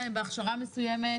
שיש להם הכשרה מסוימת